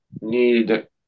need